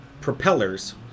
propellers